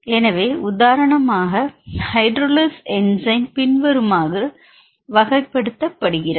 எனவே உதாரணமாக hydrolase enzyme பின்வருமாறு வகைப்படுத்தப்படுகிறது